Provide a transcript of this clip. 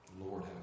Lord